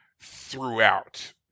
throughout